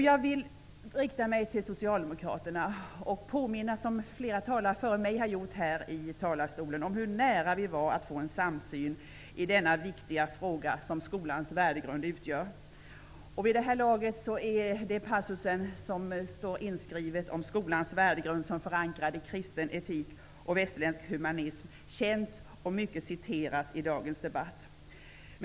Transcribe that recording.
Jag vill rikta mig till Socialdemokraterna och påminna, som flera talare före mig har gjort i talarstolen, om hur nära vi var en samsyn i den viktiga fråga som skolans värdegrund utgör. Vid det här laget är passusen om skolans värdegrund förankrad i kristen etik och västerländsk humanism känd och mycket citerad i dagens debatt.